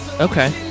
Okay